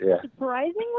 Surprisingly